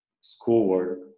schoolwork